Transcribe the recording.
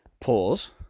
Pause